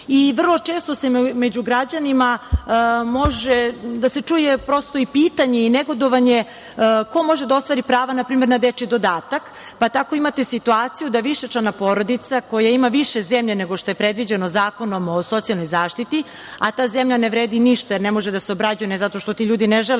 pomoć. Vrlo često se među građanima može čuti pitanje i negodovanje – ko može da ostvari prava, na primer, na dečiji dodatak? Tako imate situaciju da višečlana porodica, koja ima više zemlje nego što je predviđeno Zakonom o socijalnoj zaštiti, a ta zemlja ne vredi ništa jer ne može da se obrađuje, ne zato što ti ljudi ne žele